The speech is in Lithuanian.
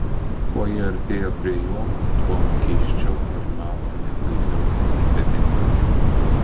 kuo ji artėjo prie jo tuo keisčiau nerimavo ir gailiau cypė dingas